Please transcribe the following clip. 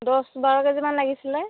দহ বাৰ কেজিমান লাগিছিলে